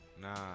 Nah